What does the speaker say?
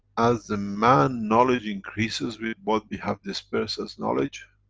as the man knowledge increases with what we have dispersed as knowledge,